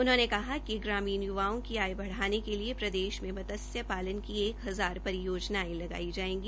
उन्होंने कहा कि ग्रामीण युवाओं की आय बढ़ाने के लिए प्रदेश में मत्स्य पालनन की एह हजार परियोजनायें लगाई जायेगी